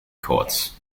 courts